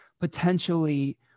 potentially